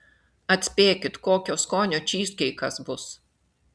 atspėkit kokio skonio čyzkeikas bus